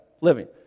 living